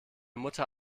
mutter